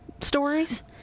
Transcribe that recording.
stories